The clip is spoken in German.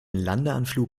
landeanflug